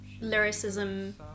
lyricism